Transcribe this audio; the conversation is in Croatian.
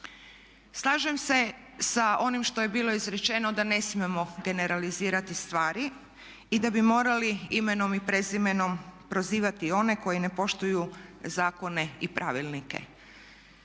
Slažem se sa onim što je bilo izrečeno da ne smijemo generalizirati stvari i da bi morali imenom i prezimenom prozivati one koji ne poštuju zakone i pravilnike.